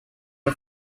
are